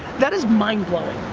that is mind-blowing.